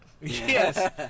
Yes